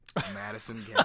Madison